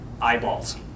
eyeballs